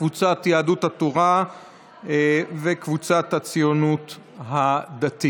קבוצת סיעת יהדות התורה וקבוצת סיעת הציונות הדתית.